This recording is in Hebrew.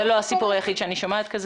זה לא הסיפור היחיד שאני שומעת כזה,